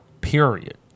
period